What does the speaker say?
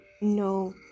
no